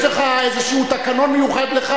יש לך איזה תקנון מיוחד לך?